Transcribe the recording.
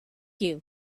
you